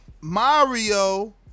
Mario